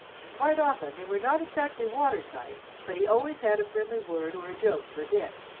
and quite often they were not exactly water-tight, but he always had a friendly word or a joke for dick.